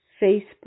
Facebook